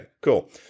cool